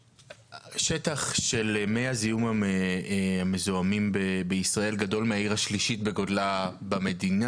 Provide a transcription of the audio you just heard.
שהשטח של מי תהום המזוהמים בישראל גדול מהעיר השלישית בגודלה במדינה.